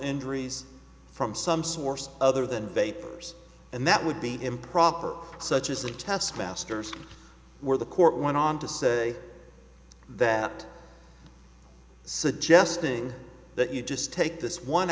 injuries from some source other than vapors and that would be improper such as the taskmasters where the court went on to say that suggesting that you just take this one